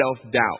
self-doubt